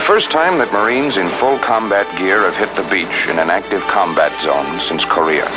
the first time that marines in full combat gear is hit the beach in an active combat zone since korea